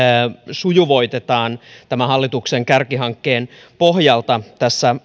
sujuvoitetaan tämän hallituksen kärkihankkeen pohjalta tässä